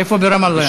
איפה ברמאללה?